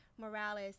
morales